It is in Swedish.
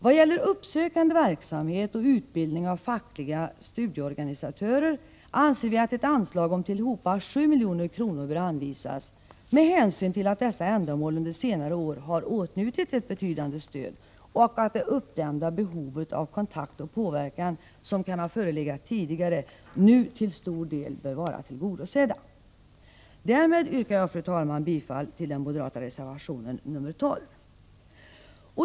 Vad gäller uppsökande verksamhet och utbildning av fackliga studieorganisatörer anser vi att ett anslag om tillhopa 7 milj.kr. bör anvisas med hänsyn till att dessa ändamål under senare år har åtnjutit ett betydande stöd och att det uppdämda behovet av kontakt och påverkan, som kan ha förelegat tidigare, nu till stor del är tillgodosett. Därmed yrkar jag, fru talman, bifall till den moderata reservationen nr 12.